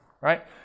right